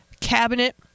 cabinet